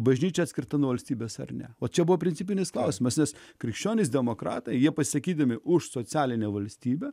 bažnyčia atskirta nuo valstybės ar ne o čia buvo principinis klausimas nes krikščionys demokratai jie pasisakydami už socialinę valstybę